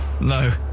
No